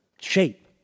shape